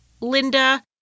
Linda